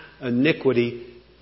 iniquity